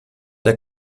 der